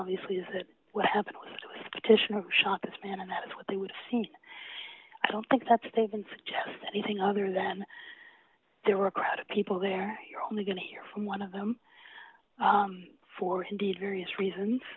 obviously is that what happened was petitioner who shot this man and that is what they would have seen i don't think that's they've been suggest anything other than there were a crowd of people there you're only going to hear from one of them for indeed various reasons